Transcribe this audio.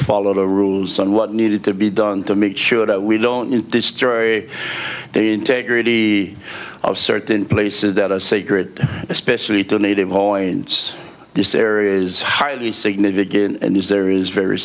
follow the rules on what needed to be done to make sure that we don't destroy the integrity of certain places that are sacred especially to native hoeing this area is highly significant and if there is very